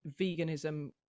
veganism